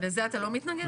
לזה אתה לא מתנגד?